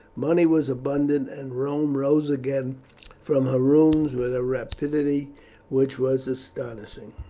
money was abundant, and rome rose again from her ruins with a rapidity which was astonishing.